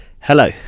Hello